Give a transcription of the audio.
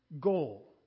goal